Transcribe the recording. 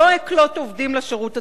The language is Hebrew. לא אקלוט עובדים לשירות הציבורי,